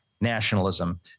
nationalism